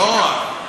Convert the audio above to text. לא שיקרת.